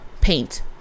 paint